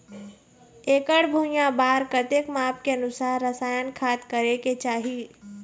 एकड़ भुइयां बार कतेक माप के अनुसार रसायन खाद करें के चाही?